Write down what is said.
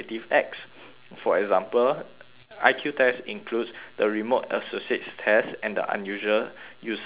for example I_Q test includes the remote associates test and the unusual uses task